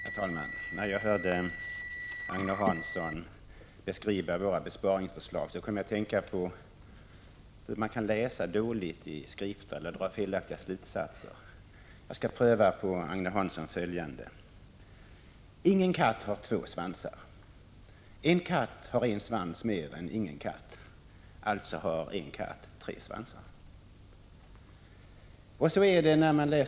Herr talman! När jag hörde Agne Hansson beskriva våra besparingsförslag, kom jag att tänka på hur man kan läsa dåligt i skrifter och dra felaktiga slutsatser. Pröva följande, Agne Hansson: Ingen katt har två svansar. En katt har en svans mer än ingen katt. Alltså Prot. 1985/86:142 har en katt tre svansar.